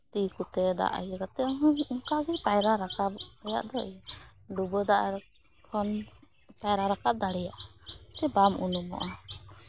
ᱛᱤ ᱠᱚᱛᱮ ᱫᱟᱜ ᱤᱭᱟᱹ ᱠᱟᱛᱮᱫ ᱦᱚᱸ ᱚᱱᱠᱟᱜᱮ ᱯᱟᱭᱨᱟ ᱨᱟᱠᱟᱵ ᱨᱮᱭᱟᱜ ᱫᱚ ᱤᱭᱟᱹ ᱰᱩᱵᱟᱹ ᱫᱟᱜ ᱠᱷᱚᱱ ᱯᱟᱭᱨᱟ ᱨᱟᱠᱟᱵ ᱫᱟᱲᱮᱭᱟᱜᱼᱟ ᱥᱮ ᱵᱟᱢ ᱩᱱᱩᱢᱚᱜᱼᱟ